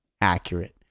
accurate